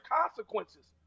consequences